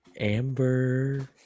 Amber